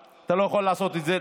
לעשות.